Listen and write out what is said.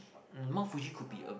um Mount-Fuji could be a